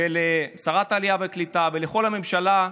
לשרת העלייה והקליטה ולכל הממשלה,